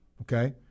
okay